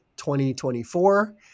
2024